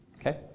Okay